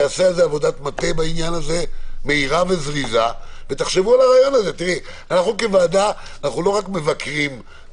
טיסה של עובדים זרים בתחום הסיעוד בלבד כמובן כדי למנוע את הפארסה